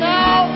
now